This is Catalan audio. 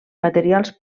materials